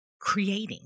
creating